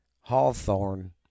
Hawthorne